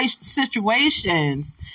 situations